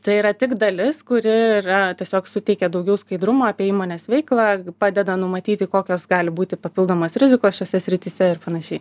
tai yra tik dalis kuri yra tiesiog suteikia daugiau skaidrumo apie įmonės veiklą padeda numatyti kokios gali būti papildomos rizikos šiose srityse ir panašiai